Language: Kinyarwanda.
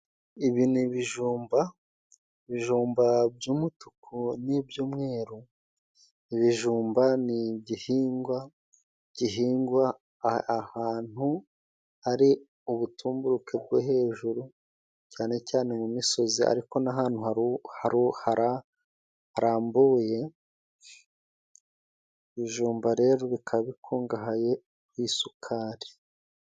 Ibi ni ibijumba, ibijumba by'umutuku n'iby'umweru. Ibijumba ni igihingwa gihingwa ahantu hari ubutumburuke bwo hejuru cyane cyane mu misozi, ariko n'ahantu harambuye. Ibijumba rero bikaba bikungahaye ku isukari.